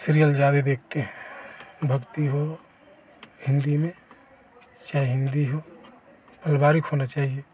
serial ज्यादे देखते हैं भक्ति हो हिन्दी में चाहे हिन्दी हो पारिवारिक होना चाहिए